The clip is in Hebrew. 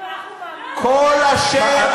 כל אשר אני,